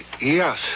yes